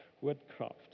Woodcraft